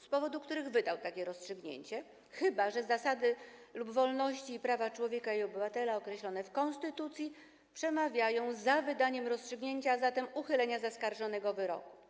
z powodu których wydał takie rozstrzygnięcie, chyba że zasady lub wolności i prawa człowieka i obywatela określone w konstytucji przemawiają za wydaniem rozstrzygnięcia, a zatem uchylenia zaskarżonego wyroku.